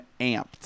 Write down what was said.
amped